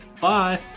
Bye